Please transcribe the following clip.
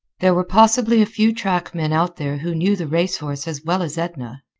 there were possibly a few track men out there who knew the race horse as well as edna,